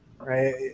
right